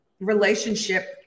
Relationship